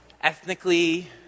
Ethnically